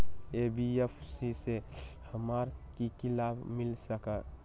NBFC से हमार की की लाभ मिल सक?